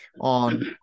on